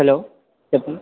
hello చెప్పండి